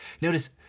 Notice